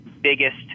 biggest